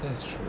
that's true